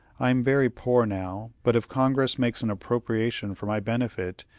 i am very poor now, but if congress makes an appropriation for my benefit,